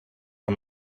que